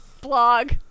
blog